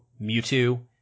Mewtwo